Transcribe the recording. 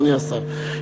אדוני השר,